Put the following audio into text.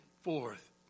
forth